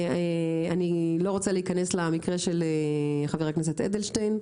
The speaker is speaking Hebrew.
לא רוצה להיכנס למקרה של חבר הכנסת אדלשטיין.